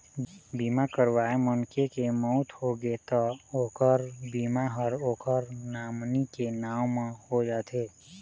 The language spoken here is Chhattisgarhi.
बीमा करवाए मनखे के मउत होगे त ओखर बीमा ह ओखर नामनी के नांव म हो जाथे